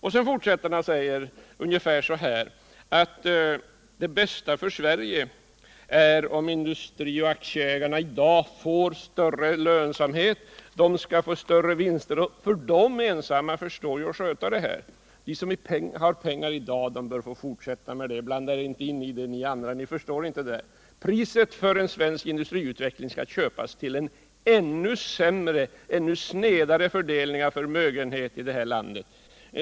Erik Hovhammar sade sedan att det bästa för Sverige vore om industri och akticägarna finge större lönsamhet och större vinster, för de ensamma förstår att sköta detta. De som har pengar i dag bör få förisätta med der; blanda er inte i det, ni andra — ni förstår inte det här! En svensk industriutveckling skall alltså köpas till priset av en ännu snedare fördelning av förmögenhet hir i lande!